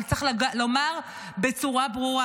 אבל צריך לומר בצורה ברורה: